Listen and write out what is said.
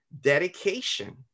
dedication